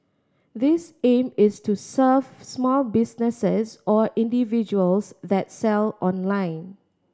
this aim is to serve small businesses or individuals that sell online